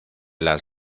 las